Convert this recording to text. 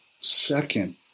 second